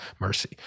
mercy